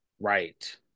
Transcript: Right